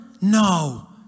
No